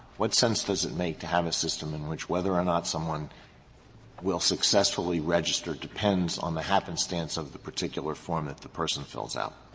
what sense does it make to have a system in which whether or not someone will successfully register depends on the happenstance of the particular form that the person fills out.